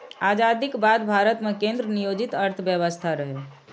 आजादीक बाद भारत मे केंद्र नियोजित अर्थव्यवस्था रहै